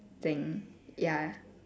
thing ya